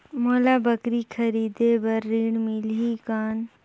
मोला बकरी खरीदे बार ऋण मिलही कौन?